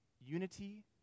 Unity